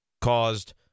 caused